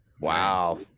wow